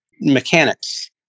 mechanics